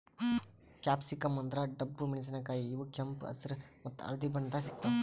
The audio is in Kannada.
ಕ್ಯಾಪ್ಸಿಕಂ ಅಂದ್ರ ಡಬ್ಬು ಮೆಣಸಿನಕಾಯಿ ಇವ್ ಕೆಂಪ್ ಹೆಸ್ರ್ ಮತ್ತ್ ಹಳ್ದಿ ಬಣ್ಣದಾಗ್ ಸಿಗ್ತಾವ್